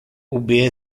ubi